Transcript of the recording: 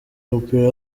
w’umupira